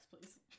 please